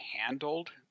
handled